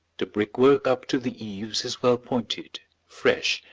the brickwork up to the eaves is well pointed, fresh,